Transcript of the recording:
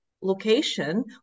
location